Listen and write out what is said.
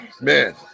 man